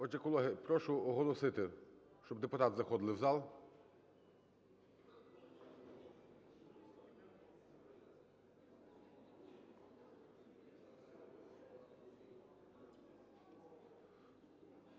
Отже, колеги, прошу оголосити, щоб депутати заходили в зал.